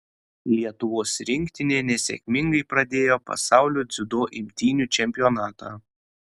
lietuvos rinktinė nesėkmingai pradėjo pasaulio dziudo imtynių čempionatą